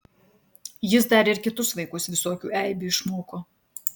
jis dar ir kitus vaikus visokių eibių išmoko